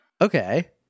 Okay